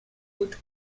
could